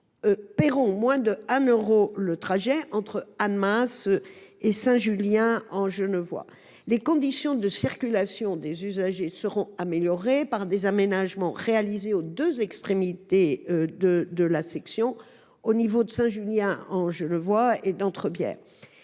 paieront moins de 1 euro le trajet entre Annemasse et Saint Julien en Genevois. Par ailleurs, les conditions de circulation des usagers seront améliorées par des aménagements réalisés aux deux extrémités de la section, au niveau de Saint Julien en Genevois et d’Étrembières.